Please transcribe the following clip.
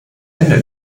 ende